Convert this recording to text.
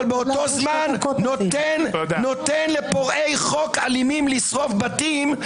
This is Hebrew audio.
אבל באותו זמן נותן לפורעי חוק אלימים לשרוף בתים.